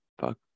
Fuck